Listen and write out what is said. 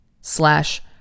slash